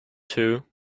two